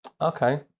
Okay